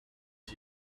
dit